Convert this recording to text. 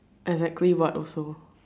exactly what also